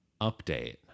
update